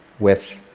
with